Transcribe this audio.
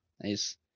Nice